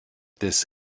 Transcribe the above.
this